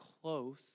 close